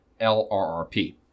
LRRP